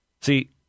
See